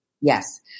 Yes